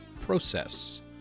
process